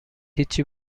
هیچی